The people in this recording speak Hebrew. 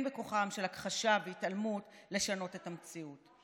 בכוחן של הכחשה והתעלמות לשנות את המציאות.